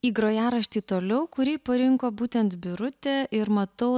į grojaraštį toliau kurį parinko būtent birutė ir matau